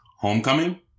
Homecoming